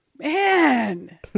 Man